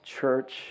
church